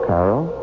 Carol